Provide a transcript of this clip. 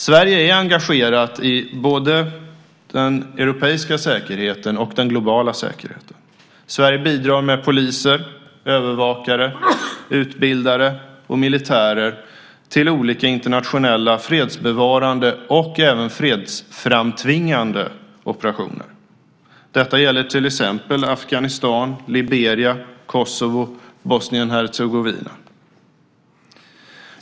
Sverige är engagerat i både den europeiska säkerheten och den globala säkerheten. Sverige bidrar med poliser, övervakare, utbildare och militärer till olika internationella fredsbevarande och även fredsframtvingande operationer. Det gäller till exempel Afghanistan, Liberia, Kosovo samt Bosnien och Hercegovina.